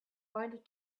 pointed